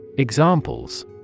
Examples